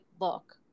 look